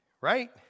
Right